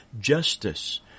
justice